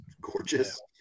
gorgeous